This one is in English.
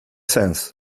sense